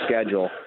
schedule